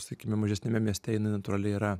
sakykime mažesniame mieste natūraliai yra